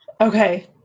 Okay